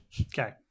Okay